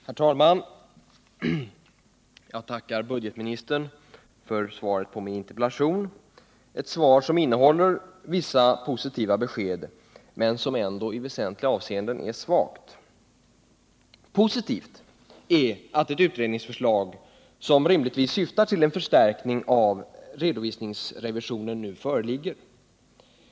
Herr talman! Jag tackar budgetministern för svaret på min interpellation, ett svar som innehåller vissa positiva besked men som ändå i väsentliga avseenden är svagt. Positivt är att ett utredningsförslag som rimligtvis syftar till en förstärkning av redovisningsrevisionen nu föreligger.